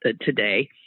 today